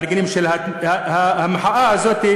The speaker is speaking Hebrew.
למארגנים של המחאה הזאת,